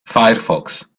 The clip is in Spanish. firefox